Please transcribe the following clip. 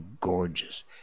gorgeous